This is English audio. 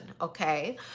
okay